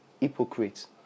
hypocrites